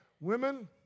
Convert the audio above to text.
Women